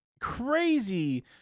crazy